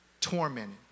tormented